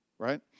right